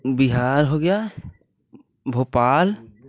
बिहार हो गया भोपाल